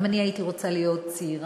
גם אני הייתי רוצה להיות צעירה,